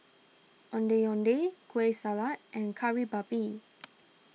Ondeh Ondeh Kueh Salat and Kari Babi